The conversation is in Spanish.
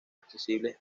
accesibles